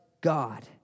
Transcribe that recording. God